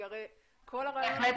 בהחלט